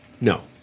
No